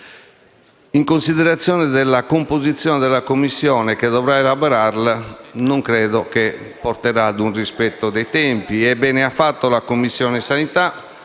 in considerazione della composizione della commissione che dovrà elaborarle, porteranno al rispetto dei termini. Bene ha fatto la Commissione sanità